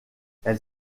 elle